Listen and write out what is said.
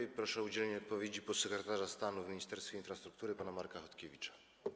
I proszę o udzielenie odpowiedzi podsekretarza stanu w Ministerstwie Infrastruktury pana Marka Chodkiewicza.